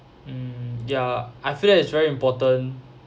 mm ya I feel that it's very important